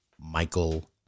Michael